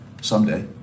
Someday